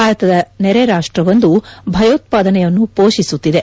ಭಾರತದ ನೆರೆ ರಾಷ್ಲವೊಂದು ಭಯೋತ್ಪಾದನೆಯನ್ನು ಪೋಷಿಸುತ್ತಿದೆ